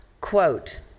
quote